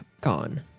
gone